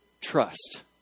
trust